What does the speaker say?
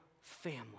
family